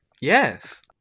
yes